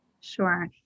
Sure